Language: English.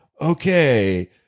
Okay